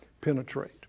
penetrate